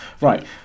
Right